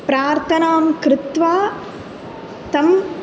प्रार्थनां कृत्वा तम्